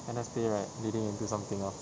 N_S pay right leading into something else